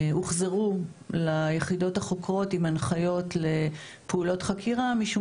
הוחזרו ליחידות החוקרות עם הנחיות לפעולות חקירה משום